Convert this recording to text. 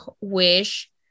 wish